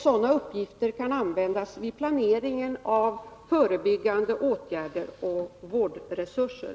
Sådana uppgifter kan användas vid planeringen av förebyggande åtgärder och vårdresurser.